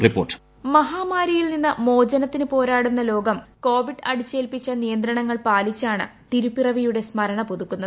ഹ്നോൾഡ് വോയ്സ് മഹാമാരിയിൽ നിന്ന് മോചനത്തിന് പോരാടുന്ന ലോകം കോവിഡ് അടിച്ചേൽപ്പിച്ച നിയന്ത്രണങ്ങൾ പാലിച്ചാണ് തിരുപ്പിറവിയുടെ സ്മരണ പുതുക്കുന്നത്